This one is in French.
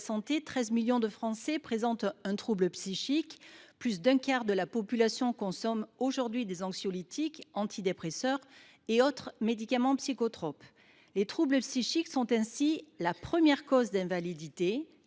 santé, 13 millions de Français présentent un trouble psychique. Plus d’un quart de la population française consomme aujourd’hui des anxiolytiques, antidépresseurs et autres médicaments psychotropes. Les troubles psychiques sont ainsi la première cause d’invalidité,